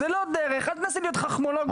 אם זה לא דרך אל תנסה להיות חכמולוג ולעבור בה.